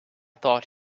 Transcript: thought